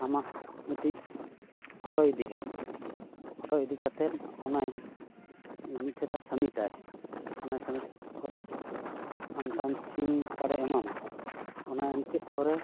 ᱟᱢᱟᱜ ᱢᱤᱫᱴᱤᱡ ᱯᱷᱳᱴᱳᱭ ᱤᱫᱤᱭᱟ ᱯᱷᱳᱴᱳ ᱤᱫᱤᱠᱟᱛᱮᱫ ᱚᱱᱟᱭ ᱢᱤᱫᱴᱷᱮᱡ ᱫᱚ ᱥᱟᱵᱢᱤᱴᱟᱭ ᱚᱱᱟᱭ ᱥᱟᱵᱢᱤᱴ ᱯᱚᱨᱮ ᱟᱢ ᱛᱟᱭᱢ ᱥᱤᱢ ᱠᱟᱨᱰᱮ ᱮᱢᱟᱢ ᱚᱱᱟᱭ ᱮᱢ ᱠᱮᱫ ᱯᱚᱨᱮ